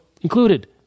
Included